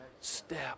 step